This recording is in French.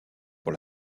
pour